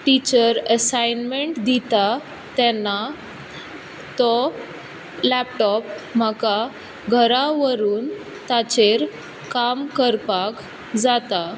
teacher assignment दिता तेन्ना तो लेपटोप म्हाका घरा व्हरून ताचेर काम करपाक जाता